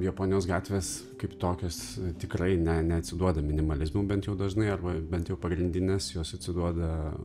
japonijos gatvės kaip tokios tikrai ne neatsiduoda minimalizmu bent jau dažnai arba bent jau pagrindinės jos atsiduoda